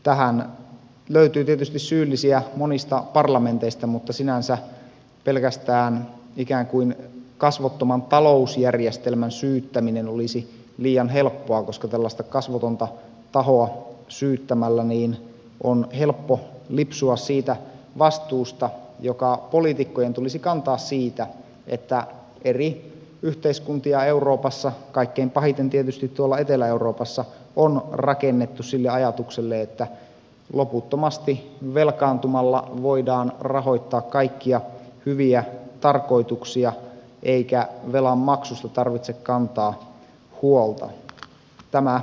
tähän löytyy tietysti syyllisiä monista parlamenteista mutta sinänsä pelkästään ikään kuin kasvottoman talousjärjestelmän syyttäminen olisi liian helppoa koska tällaista kasvotonta tahoa syyttämällä on helppo lipsua siitä vastuusta joka poliitikkojen tulisi kantaa siitä että eri yhteiskuntia euroopassa kaikkein pahiten tietysti tuolla etelä euroopassa on rakennettu sille ajatukselle että loputtomasti velkaantumalla voidaan rahoittaa kaikkia hyviä tarkoituksia eikä velanmaksusta tarvitse kantaa huolta